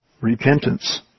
repentance